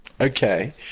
Okay